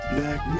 Black